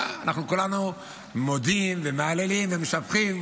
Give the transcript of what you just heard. אנחנו כולנו מודים ומהללים ומשבחים,